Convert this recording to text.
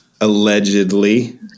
Allegedly